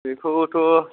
बेखौथ'